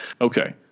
okay